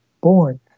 born